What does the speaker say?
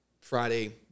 Friday